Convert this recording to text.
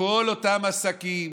לכל אותם עסקים.